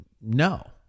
no